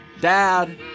Dad